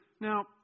now